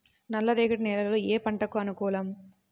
నల్ల రేగడి నేలలు ఏ పంటకు అనుకూలం?